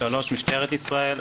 (3)משטרת ישראל,